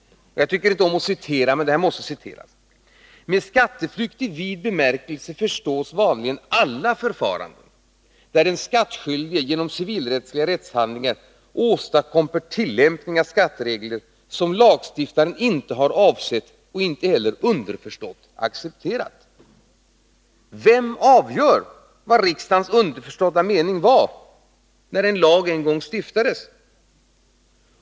Jag tycker inte om att citera, men detta måste citeras. Där står följande: ”Med skatteflykt i vid bemärkelse förstås vanligen alla förfaranden, där den skattskyldige genom civilrättsligt giltiga rättshandlingar åstadkommer tillämpning av skatteregler som ger skatteförmåner som lagstiftaren inte har avsett och inte heller underförstått accepterat.” Vem avgör vad riksdagens underförstådda mening var när en lag en gång stiftades?